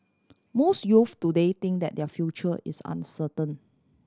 most youths today think that their future is uncertain